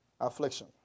Affliction